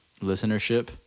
listenership